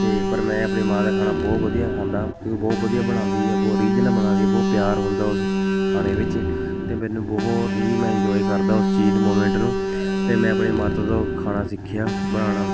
ਅਤੇ ਪਰ ਮੈਂ ਆਪਣੀ ਮਾਂ ਦਾ ਖਾਣਾ ਬਹੁਤ ਵਧੀਆ ਖਾਂਦਾ ਕਿਉਂਕਿ ਬਹੁਤ ਵਧੀਆ ਬਣਾਉਂਦੀ ਹੈ ਬਹੁਤ ਰੀਝ ਨਾਲ ਬਣਾਉਂਦੀ ਹੈ ਬਹੁਤ ਪਿਆਰ ਹੁੰਦਾ ਉਸ ਖਾਣੇ ਵਿੱਚ ਅਤੇ ਮੈਨੂੰ ਬਹੁਤ ਹੀ ਮੈਂ ਇੰਨਜੋਏ ਕਰਦਾ ਇਸ ਚੀਜ਼ ਨੂੰ ਮੁਮੈਂਟ ਨੂੰ ਅਤੇ ਮੈਂ ਆਪਣੇ ਮਾਤਾ ਤੋਂ ਖਾਣਾ ਸਿੱਖਿਆ ਬਣਾਉਣਾ